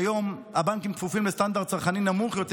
כיום הבנקים כפופים לסטנדרט צרכני נמוך יותר